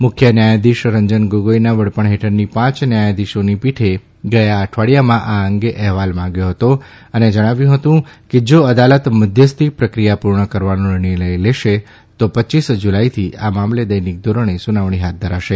મુખ્ય ન્યાયાધીશ રંજન ગોગોઈના વડપણ હેઠળની પાંચ ન્યાયાઘિશોની પીઠે ગયા અઠવાડીયામાં આ અંગે અહેવાલ માંગ્યો હતો અને જણાવ્યું હતું કે જા અદાલત મધ્યસ્થી પ્રક્રિયા પૂર્ણ કરવાનો નિર્ણય લેશે તો રપ જુલાઈથી આ મામલે દૈનિક ધોરણે સુનાવણી હાથ ધરશે